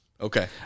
Okay